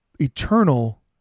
eternal